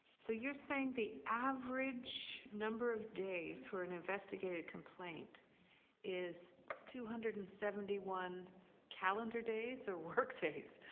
so you are saying the average the number of days for an investigated complaint is two hundred and seventy one calendar days or work days?